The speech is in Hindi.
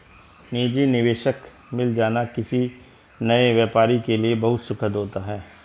निजी निवेशक मिल जाना किसी नए व्यापारी के लिए बहुत सुखद होता है